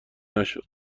نشد